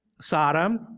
Sodom